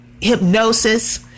hypnosis